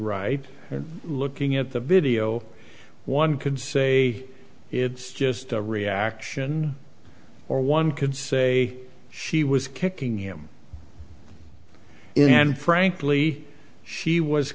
write and looking at the video one can say it's just a reaction or one can say she was kicking him and frankly she was